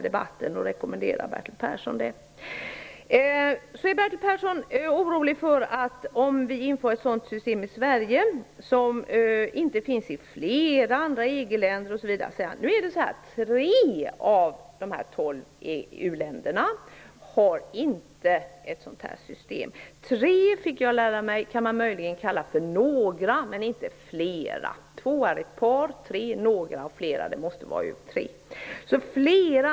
Bertil Persson är vidare orolig för att ett system skall införas i Sverige som inte finns i flera andra EG-länder. Tre av de 12 EU-länderna har inte ett sådant system. Tre kan möjligen kallas för några men inte för flera. Två är ett par, tre är några och flera måste vara mer än tre.